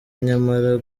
nyamara